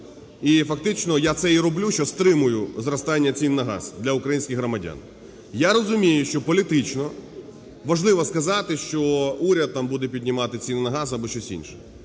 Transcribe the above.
І фактично я це і роблю, що стримую зростання цін на газ для українських громадян. Я розумію, що політично важливо сказати, що уряд там буде піднімати ціни на газ або щось інше.